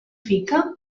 fica